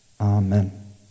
Amen